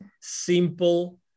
simple